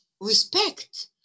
respect